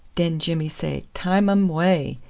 den jimmy say time um way,